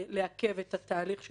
במסגרת הוועדה שמענו גם את המומחה משבדיה